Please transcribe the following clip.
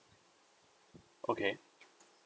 okay